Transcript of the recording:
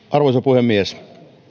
arvoisa puhemies